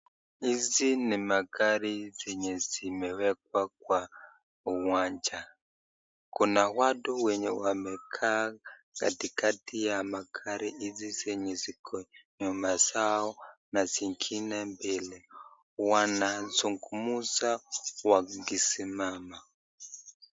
Hizi ni magari zenye zimewekwa kwa uwanja. Kuna watu wenye wamekaa katikati ya magari hizi zenye ziko nyuma zao na zingine mbele. Wanazungumza wakisimama.